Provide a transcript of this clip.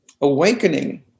awakening